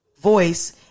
voice